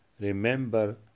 remember